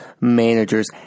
managers